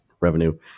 revenue